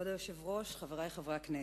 כבוד היושב-ראש, חברי חברי הכנסת,